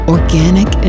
Organic